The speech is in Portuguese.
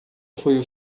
foi